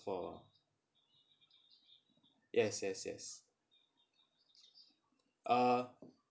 for yes yes yes uh